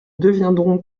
deviendront